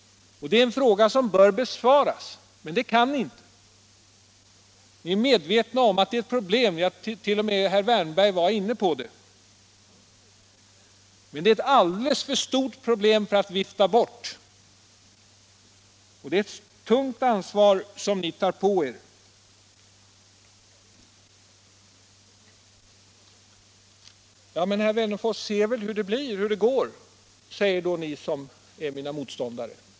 Det är en fråga som ni bör besvara, men det kan ni inte. Ni är medvetna om att det är ett problem — herr Wärnberg har t.o.m. varit inne på det. Det är ett alldeles för stort problem för att viftas bort, och det är ett tungt ansvar som ni tar på er. Ja, men herr Wennerfors ser väl hur det blir, säger då ni som är våra motståndare.